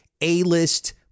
A-list